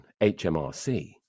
HMRC